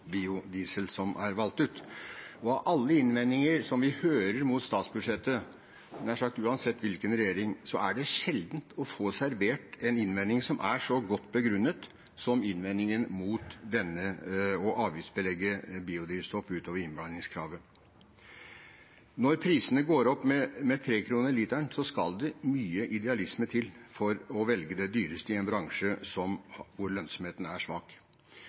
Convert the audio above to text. valgt ut. Av alle innvendinger som vi hører mot statsbudsjett, nær sagt uansett hvilken regjering, er det sjelden å få servert en innvending som er så godt begrunnet som innvendingen mot det å avgiftsbelegge biodrivstoff utover innblandingskravet. Når prisene går opp med 3 kr literen, skal det mye idealisme til for å velge det dyreste i en bransje hvor lønnsomheten er svak.